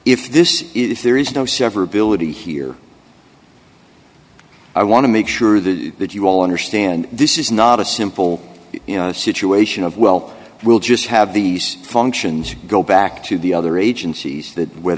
if this is if there is no severability here i want to make sure that that you all understand this is not a simple situation of well we'll just have these functions go back to the other agencies that where